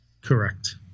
correct